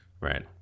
right